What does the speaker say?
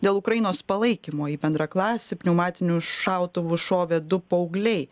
dėl ukrainos palaikymo į bendraklasį pneumatiniu šautuvu šovė du paaugliai